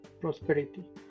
prosperity